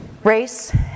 Race